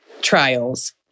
trials